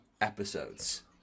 episodes